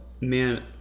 Man